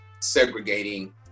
segregating